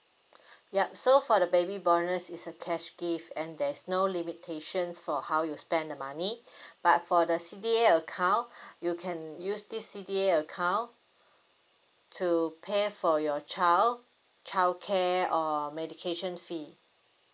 ya so for the baby bonus is a cash gift and there's no limitations for how you spend the money but for the C_D_A account you can use this C_D_A account to pay for your child childcare or medication fee